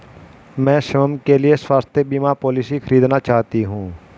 मैं स्वयं के लिए स्वास्थ्य बीमा पॉलिसी खरीदना चाहती हूं